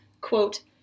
quote